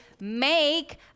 make